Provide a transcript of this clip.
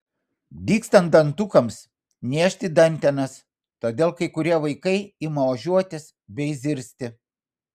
dygstant dantukams niežti dantenas todėl kai kurie vaikai ima ožiuotis bei zirzti